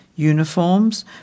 uniforms